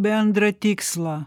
bendrą tikslą